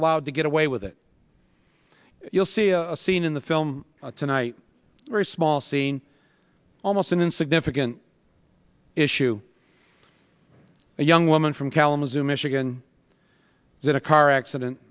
allowed to get away with it you'll see a scene in the film tonight a very small scene almost an insignificant issue a young woman from kalamazoo michigan is in a car accident